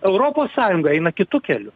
europos sąjunga eina kitu keliu